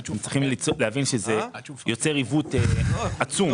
עליכם להבין שזה יוצר עיוות עצום.